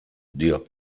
dio